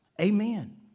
Amen